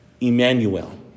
Emmanuel